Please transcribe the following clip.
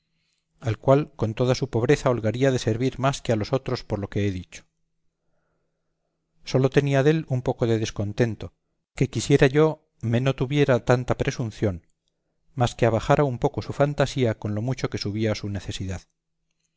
al cual con toda su pobreza holgaría de servir más que a los otros por lo que he dicho sólo tenía dél un poco de descontento que quisiera yo me no tuviera tanta presunción mas que abajara un poco su fantasía con lo mucho que subía su necesidad